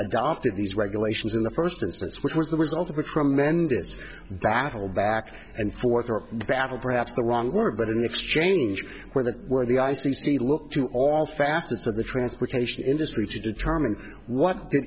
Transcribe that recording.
adopted these regulations in the first instance which was the result of a tremendous battle back and forth a battle perhaps the wrong word but an exchange where the where the i c c look to all facets of the transportation industry to determine what